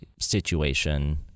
situation